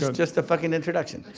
just the fucking introduction.